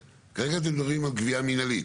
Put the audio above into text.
כרגע אתם מדברים על גבייה מנהלית.